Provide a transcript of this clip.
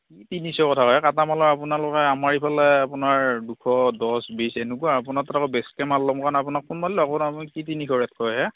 কি তিনিশ কথা কয় কাটা মেলা আপোনালোকে আমাৰ এইফালে আপোনাৰ দুশ দহ বিশ এনেকুৱা আপোনাৰ পৰা বেছিকৈ মাল ল'ম কাৰণে কি তিনিশ ৰে'ট কয় হে